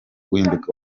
guhinduka